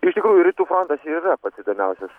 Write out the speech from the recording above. iš tikrųjų rytų frontas ir yra pats įdomiausias